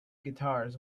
guitars